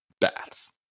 baths